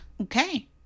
Okay